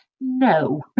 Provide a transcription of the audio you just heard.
no